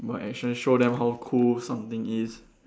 by action show them how cool something is